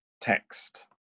text